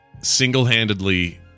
single-handedly